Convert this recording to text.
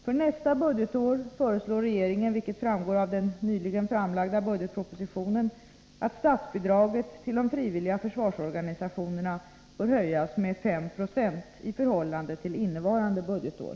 För nästa budgetår föreslår regeringen, vilket framgår av den nyligen framlagda budgetpropositionen, att statsbidraget till de frivilliga försvarsorganisationerna höjs med 5 96 i förhållande till innevarande budgetår.